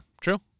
true